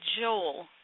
Joel